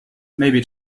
maybe